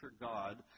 God